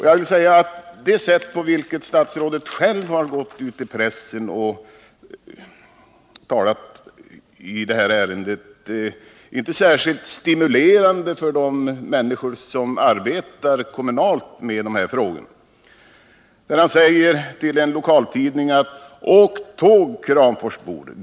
Jag vill säga att det sätt på vilket statsrådet själv uttalat sig för pressen i det här ärendet inte är särskilt stimulerande för de människor som arbetar kommunalt med dessa frågor, t.ex. när han säger till en lokaltidning: ”Åk tåg, kramforsbor!